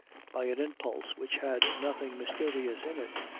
by an impulse which had nothing mysterious in it,